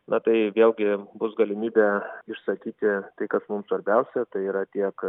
na tai vėlgi bus galimybė išsakyti tai kas mums svarbiausia tai yra tiek